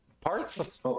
parts